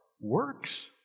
works